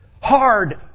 Hard